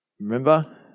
remember